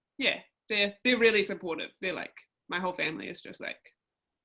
yeah. they're they're really supportive, they're like, my whole family is just like,